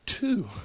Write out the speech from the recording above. two